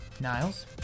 Niles